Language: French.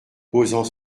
posant